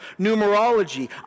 numerology